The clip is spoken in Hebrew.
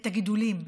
את הגידולים,